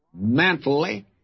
mentally